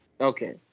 Okay